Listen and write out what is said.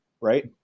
right